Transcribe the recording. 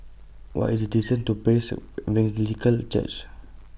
What IS The distance to Praise Evangelical Church